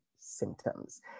symptoms